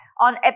on